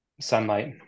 sunlight